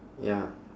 ya